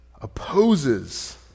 Opposes